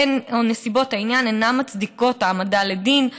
או: נסיבות העניין אינן מצדיקות העמדה לדין,